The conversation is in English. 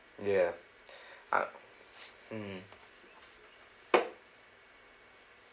ya mm